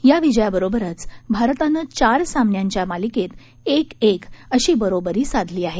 या विजयाबरोबरच भारतानं चार सामन्यांच्या मालिकेत एक एक अशी बरोबरी साधली आहे